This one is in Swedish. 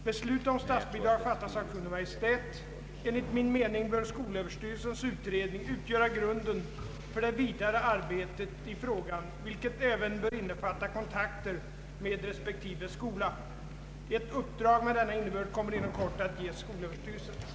Beslut om statsbidrag fattas av Kungl. Maj:t. Enligt min mening bör skolöverstyrelsens utredning utgöra grunden för det vidare arbetet i frågan, vilket även bör innefatta kontakter med respektive skola. Ett uppdrag med denna innebörd kommer inom kort att ges skolöverstyrelsen.